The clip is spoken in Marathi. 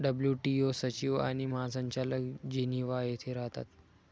डब्ल्यू.टी.ओ सचिव आणि महासंचालक जिनिव्हा येथे राहतात